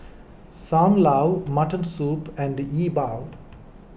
Sam Lau Mutton Soup and E Bua